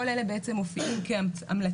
כל אלה בעצם מופיעים כהמלצות